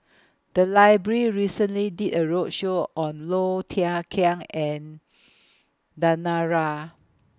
The Library recently did A roadshow on Low Thia Khiang and Danaraj